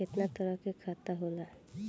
केतना तरह के खाता होला?